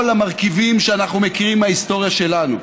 המרכיבים שאנחנו מכירים מההיסטוריה שלנו: